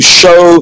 show